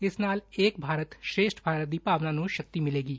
ਇਸ ਨਾਲ 'ਏਕ ਭਾਰਤ ਸ੍ਰੇਸ਼ਠ ਭਾਰਤ ਦੀ ਭਾਵਨਾ ਨੂੰ ਸ਼ਕਤੀ ਮਿਲੇਗੀ